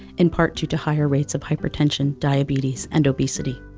in part due to higher rates of hypertension, diabetes, and obesity.